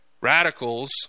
radicals